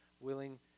willing